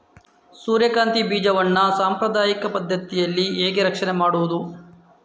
ಸೂರ್ಯಕಾಂತಿ ಬೀಜವನ್ನ ಸಾಂಪ್ರದಾಯಿಕ ಪದ್ಧತಿಯಲ್ಲಿ ಹೇಗೆ ರಕ್ಷಣೆ ಮಾಡುವುದು